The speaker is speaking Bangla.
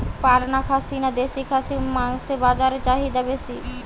পাটনা খাসি না দেশী খাসির মাংস বাজারে চাহিদা বেশি?